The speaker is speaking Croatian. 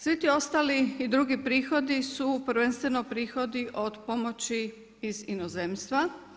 Svi ti ostali i drugi prihodi su prvenstveni prihodi od pomoći od inozemstva.